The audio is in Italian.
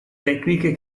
tecniche